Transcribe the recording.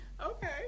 Okay